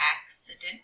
accident